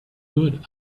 good